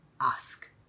ask